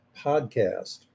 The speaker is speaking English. Podcast